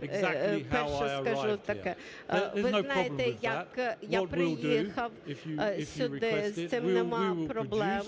Ви знаєте як я приїхав сюди, з цим немає проблем.